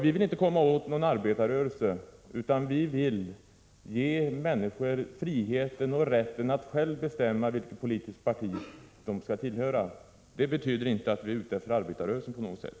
Vi vill inte komma åt arbetarrörelsen, utan vi vill ge människor friheten och rätten att själva bestämma vilket politiskt parti de skall tillhöra. Det betyder inte att vi är ute efter arbetarrörelsen på något sätt.